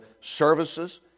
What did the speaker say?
services